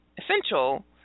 essential